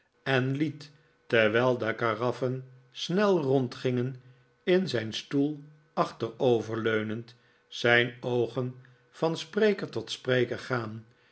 en liet terwijl de karaffen snel rondgingen in zijn stoel achterovergeleund zijn oogen van spreker tot spreker gaan